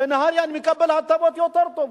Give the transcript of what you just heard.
בנהרייה אני מקבל הטבות יותר טובות.